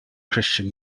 christian